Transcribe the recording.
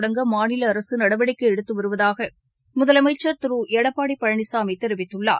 கொடங்க மாநிலஅரசுநடவடிக்கைஎடுத்துவருவதாகமுதலமைச்சர் திருளடப்பாடிபழனிசாமிதெரிவித்துள்ளார்